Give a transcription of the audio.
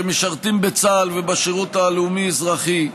שמשרתים בצה"ל ובשירות הלאומי האזרחי.